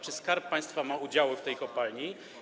Czy Skarb Państwa ma udziały w tej kopalni?